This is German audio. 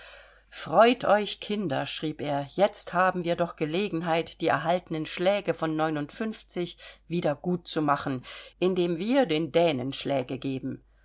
freut euch kinder schrieb er jetzt haben wir doch gelegenheit die erhaltenen schläge von wieder gut zu machen indem wir den dänen schläge geben